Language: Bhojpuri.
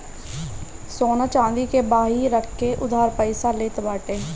सोना चांदी के बान्हे रख के उधार पईसा लेत बाटे